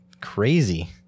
crazy